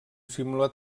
dissimula